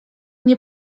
nie